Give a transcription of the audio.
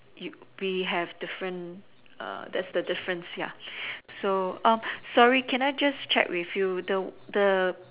you we have different that's the difference ya so sorry can I just check with you the